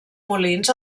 molins